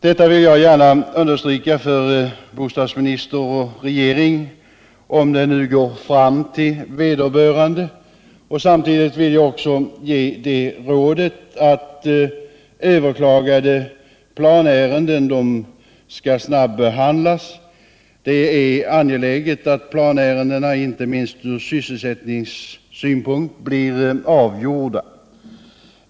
Detta vill jag gärna understryka för bostadsminister och regering, om det nu går fram till vederbörande. Samtidigt vill jag också ge det rådet att överklagade planärenden skall snabbehandlas. Det är angeläget, inte minst från sysselsättningssynpunkt, att planärendena blir avgjorda.